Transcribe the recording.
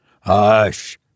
Hush